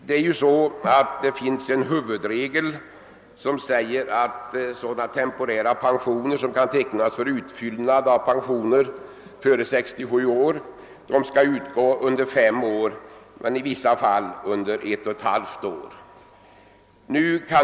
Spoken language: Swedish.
Det finns i detta sammanhang en huvudregel som säger att sådana temporära pensioner, som kan tecknas för utfyllnad av pensioner före 67 års ålder, skall utgå under fem år, i vissa fall dock endast under ett och ett halvt år.